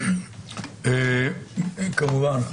כמובן,